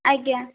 ଆଜ୍ଞା